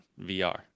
VR